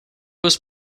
was